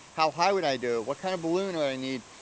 how high would i do? what kind of balloon do i need?